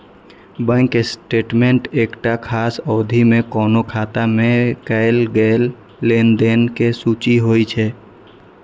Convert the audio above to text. bank statement एकटा खास अवधि मे कोनो खाता मे कैल गेल लेनदेन के सूची होइ छै